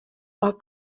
are